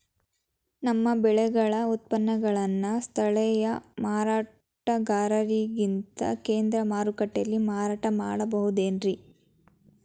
ನಮ್ಮ ಬೆಳೆಗಳ ಉತ್ಪನ್ನಗಳನ್ನ ಸ್ಥಳೇಯ ಮಾರಾಟಗಾರರಿಗಿಂತ ಕೇಂದ್ರ ಮಾರುಕಟ್ಟೆಯಲ್ಲಿ ಮಾರಾಟ ಮಾಡಬಹುದೇನ್ರಿ?